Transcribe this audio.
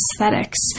aesthetics